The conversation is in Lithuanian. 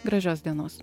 gražios dienos